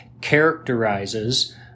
characterizes